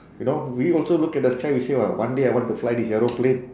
you know we also look at the sky and say !wah! one day I want to fly this aeroplane